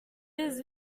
his